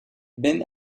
ben